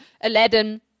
Aladdin